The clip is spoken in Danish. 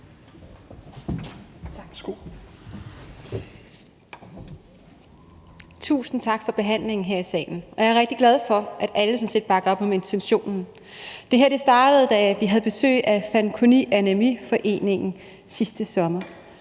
Tusind tak for behandlingen her i salen. Jeg er rigtig glad for, at alle sådan set bakker op om intentionen. Det her startede, da vi havde besøg af Foreningen Fanconi Anæmi Danmark sidste sommer.